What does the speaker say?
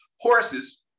horses